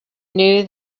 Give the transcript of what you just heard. knew